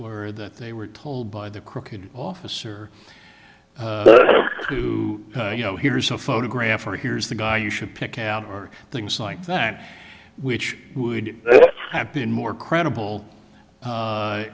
were that they were told by the crooked officer you know here's a photograph or here's the guy you should pick out or things like that which would have been more credible